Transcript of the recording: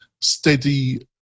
steady